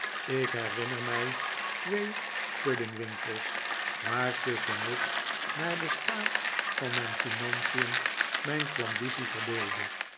ik herinner mij twee puddingwinkels waartusschen ik naar den staat van mijn financien mijn klandizie verdeelde